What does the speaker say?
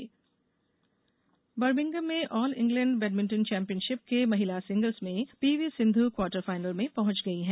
badminton Birmingham में all England badminton championship के महिला सिंगल्स में पीवी सिंध् क्वार्टर फाइनल में पहुंच गई हैं